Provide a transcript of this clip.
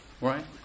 Right